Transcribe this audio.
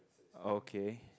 okay